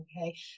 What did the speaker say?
Okay